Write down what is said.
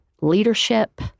Leadership